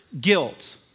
guilt